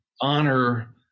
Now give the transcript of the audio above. honor